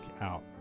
out